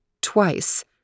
Twice